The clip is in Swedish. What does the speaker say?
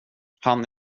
han